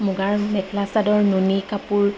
মুগাৰ মেখেলা চাদৰ নুনী কাপোৰ